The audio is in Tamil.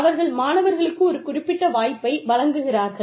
அவர்கள் மாணவர்களுக்கு ஒரு குறிப்பிட்ட வாய்ப்பை வழங்குகிறார்கள்